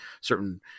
certain